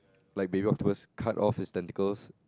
like baby octopus cut off it's tentacles